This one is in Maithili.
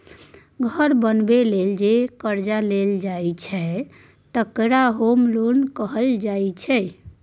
घर बनेबा लेल जे करजा लेल जाइ छै तकरा होम लोन कहल जाइ छै